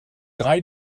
drei